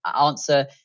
answer